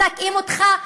מדכאים אותך.